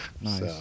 nice